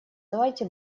давайте